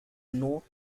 north